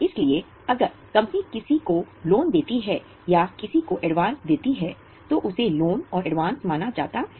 इसलिए अगर कंपनी किसी को लोन देती है या किसी को एडवांस देती है तो उसे लोन और एडवांस माना जाता है